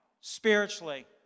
Spiritually